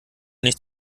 nicht